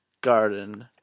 garden